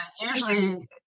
usually